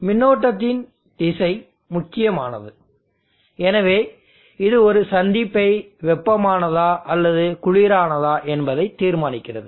மின்னோட்டத்தின் திசை முக்கியமானது எனவே இது ஒரு சந்திப்பை வெப்பமானதா அல்லது குளிரானதா என்பதை தீர்மானிக்கிறது